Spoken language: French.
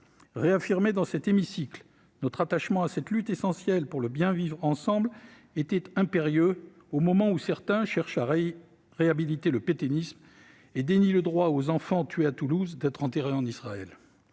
Réaffirmer dans cet hémicycle notre attachement à cette lutte essentielle pour le bien vivre ensemble relève d'une nécessité impérieuse au moment où certains cherchent à réhabiliter le pétainisme et dénient aux enfants tués à Toulouse le droit d'être enterrés en Israël.